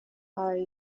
are